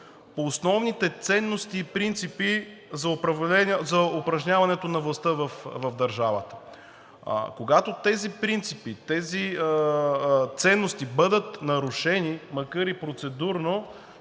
по основните ценности и принципи за упражняването на властта в държавата. Когато тези принципи, тези ценности бъдат нарушени, макар и процедурно,